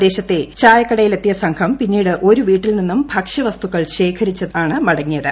പ്രദേശത്തെ ചായകടയിലെത്തിയ സംഘം പിന്നീട് ഒരു വീട്ടിൽ നിന്നും ഭക്ഷ്യവസ്തുക്കൾ ശേഖരിച്ചാണ് മടങ്ങിയത്